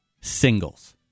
singles